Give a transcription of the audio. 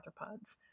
arthropods